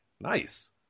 Nice